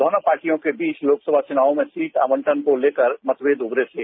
दोनों पार्टियों के बीच लोकसभा चुनाव में सीट आवटन को लेकर मतभेद उभरे थे